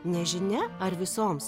nežinia ar visoms